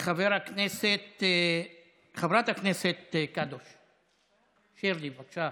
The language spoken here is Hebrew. חברת הכנסת קדוש שירלי, בבקשה.